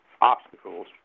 obstacles